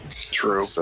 True